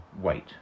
weight